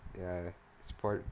ya spoilt